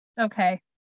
Okay